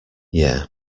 yeah